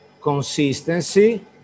consistency